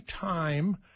time